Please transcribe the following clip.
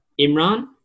Imran